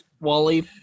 Wally